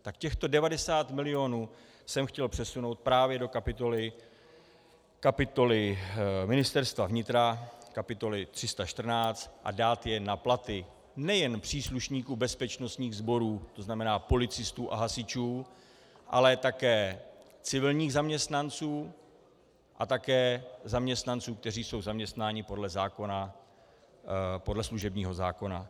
Tak těchto 90 mil. jsem chtěl přesunout právě do kapitoly Ministerstva vnitra, kapitoly 314, a dát je na platy nejen příslušníků bezpečnostních sborů, to znamená policistů a hasičů, ale také civilních zaměstnanců a také zaměstnanců, kteří jsou zaměstnáni podle služebního zákona.